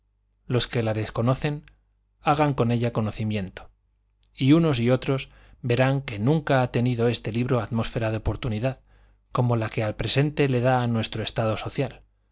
los que la desconocen hagan con ella conocimiento y unos y otros verán que nunca ha tenido este libro atmósfera de oportunidad como la que al presente le da nuestro estado social